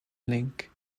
link